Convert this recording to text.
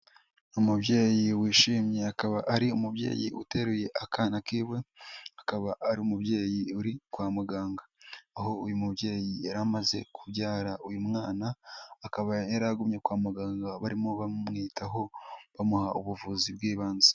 Umubyeyi wishimye akaba ari umubyeyi uteruye akana kiwe akaba ari umubyeyi uri kwa muganga, aho uyu mubyeyi yari amaze kubyara uyu mwana akaba yari yagumye kwa muganga barimo bamwitaho bamuha ubuvuzi bw'ibanze.